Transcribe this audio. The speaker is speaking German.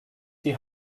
die